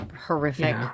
horrific